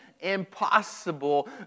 impossible